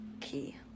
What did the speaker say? key